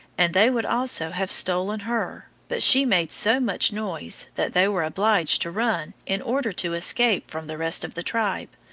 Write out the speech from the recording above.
and they would also have stolen her, but she made so much noise that they were obliged to run in order to escape from the rest of the tribe,